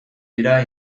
dira